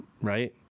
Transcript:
right